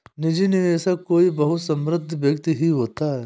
निजी निवेशक कोई बहुत समृद्ध व्यक्ति ही होता है